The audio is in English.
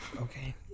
Okay